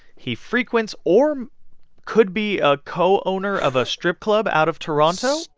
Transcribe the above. he frequents or could be a co-owner of a strip club out of toronto.